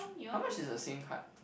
how much is the Sim card